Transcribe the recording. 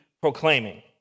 proclaiming